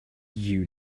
you